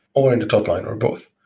or in the top line, or both.